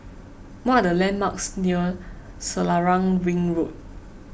what are the landmarks near Selarang Ring Road